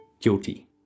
guilty